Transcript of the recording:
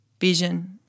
vision